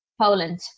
Poland